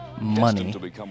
money